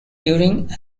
during